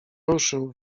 ruszył